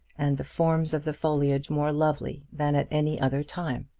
and the forms of the foliage more lovely than at any other time.